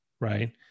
right